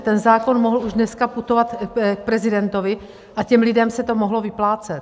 Ten zákon mohl už dneska putovat k prezidentovi a těm lidem se to mohlo vyplácet!